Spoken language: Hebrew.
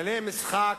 אדוני השר,